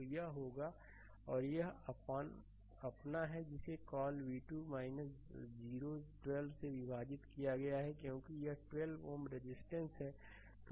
तो यह होगा और यह अपना है जिसे कॉल v2 0 12 से विभाजित किया गया है क्योंकि यह 12 Ω रेजिस्टेंस है